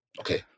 okay